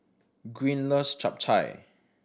Green loves Chap Chai